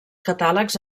catàlegs